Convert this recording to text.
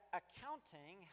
accounting